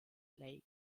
lake